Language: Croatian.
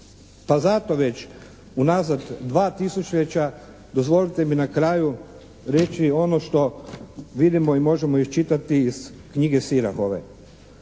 Pa zato već unazad 2 tisućljeća dozvolite mi na kraju reći ono što vidimo i možemo iščitati iz knjige Sirahove.